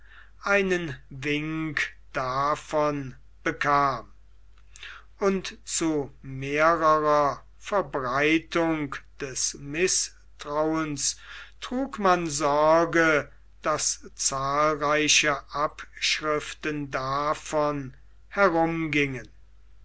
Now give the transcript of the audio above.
einen wink davon bekam und zu mehrerer verbreitung des mißtrauens trug man sorge daß zahlreiche abschriften davon herumgingen